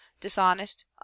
dishonest